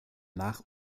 nach